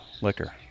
liquor